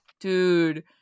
dude